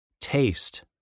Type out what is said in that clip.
Taste